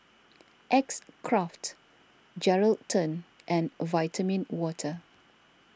X Craft Geraldton and Vitamin Water